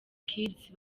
kids